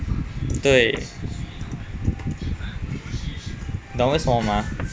对你懂为什么吗